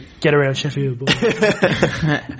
get-around-sheffield